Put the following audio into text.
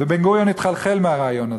ובן-גוריון התחלחל מהרעיון הזה,